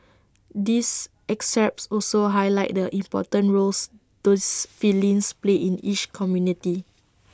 these excerpts also highlight the important roles those felines play in each community